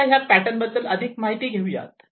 तर आता ह्या पॅटर्न बद्दल अधिक माहिती घेऊयात